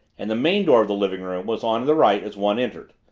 and the main door of the living-room was on the right as one entered,